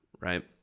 right